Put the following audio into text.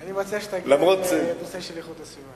אני מציע שתגיע לנושא איכות הסביבה.